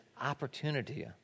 opportunity